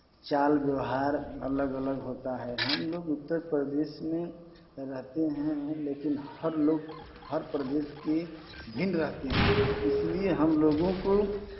चाल व्यवहार अलग अलग होता है हम लोग उत्तर प्रदेश में रहते हैं लेकिन हर लोग हर प्रदेश के भिन्न रहते हैं इसलिए हम लोगों को